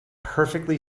perfectly